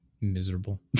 miserable